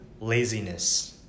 laziness